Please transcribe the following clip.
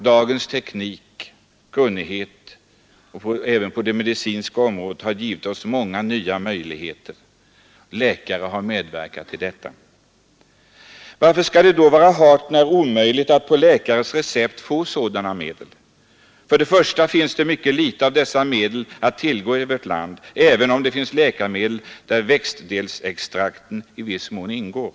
Dagens teknik och kunnighet även på det medicinska området har givit oss många nya möjligheter. Läkare har medverkat till detta. Varför skall det då vara hart när omöjligt att på läkares recept få sådana medel? För det första finns det mycket litet av dessa medel att tillgå i vårt land, även om det finns läkemedel där växtdelsextrakt i viss mån ingår.